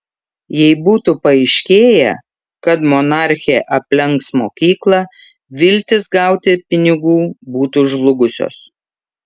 jei būtų paaiškėję kad monarchė aplenks mokyklą viltys gauti pinigų būtų žlugusios